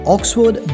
Oxford